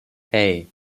hey